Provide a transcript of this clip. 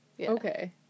Okay